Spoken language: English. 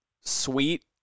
sweet